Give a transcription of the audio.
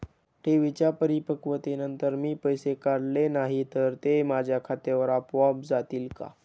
ठेवींच्या परिपक्वतेनंतर मी पैसे काढले नाही तर ते माझ्या खात्यावर आपोआप जातील का?